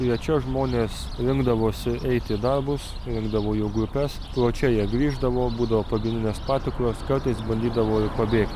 jie čia žmonės rinkdavosi eiti į darbus rinkdavo jų grupes pro čia jie grįždavo būdavo pagrindinės patikros kartais bandydavo pabėgti